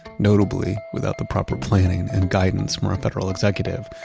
notably without the proper planning and guidance from our federal executive,